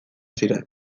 ziren